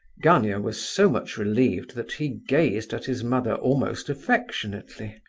gania was so much relieved that he gazed at his mother almost affectionately.